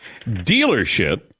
dealership